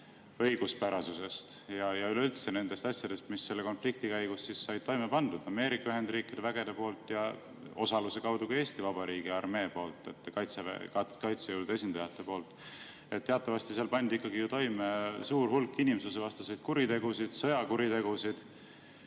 õiguspärasusest ja üleüldse nendest asjadest, mis selle konflikti käigus said toime pandud Ameerika Ühendriikide üksuste poolt ja osaluse kaudu ka Eesti Vabariigi armee poolt, Kaitseväe, kaitsejõudude esindajate poolt. Teatavasti seal pandi ikkagi ju toime suur hulk inimsusevastaseid kuritegusid, sõjakuritegusid.